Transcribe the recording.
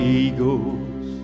eagles